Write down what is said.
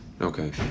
Okay